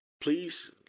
Please